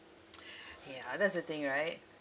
ya that's the thing right